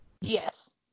Yes